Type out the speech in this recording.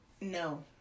no